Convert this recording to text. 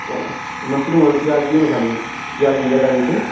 ओ mushroom आओर प्याज दियौ ने खाली प्याज ओहिमे ज्यादा दै छै